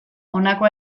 honako